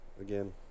again